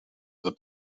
the